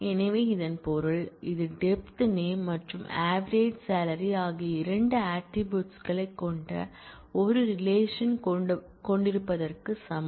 எனவே இதன் பொருள் இது டெப்த் நேம் மற்றும் avg salary ஆகிய இரண்டு ஆட்ரிபூட்ஸ் களைக் கொண்ட ஒரு ரிலேஷன் கொண்டிருப்பதற்கு சமம்